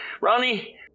Ronnie